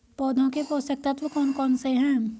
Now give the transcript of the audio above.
पौधों के पोषक तत्व कौन कौन से हैं?